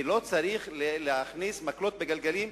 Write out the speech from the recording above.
ולא צריך להכניס מקלות בגלגלים.